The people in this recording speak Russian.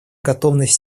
готовность